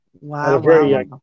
wow